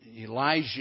Elijah